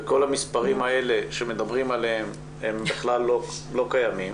וכל המספרים האלה שמדברים עליהם בכלל לא קיימים.